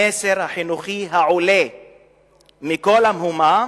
המסר החינוכי העולה מכל המהומה